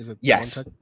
Yes